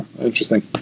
interesting